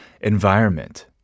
environment